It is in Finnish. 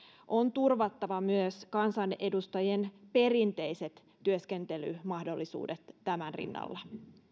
on turvattava myös kansanedustajien perinteiset työskentelymahdollisuudet tämän rinnalla